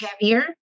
heavier